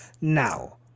Now